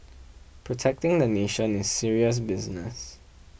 protecting the nation is serious business